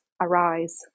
arise